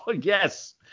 yes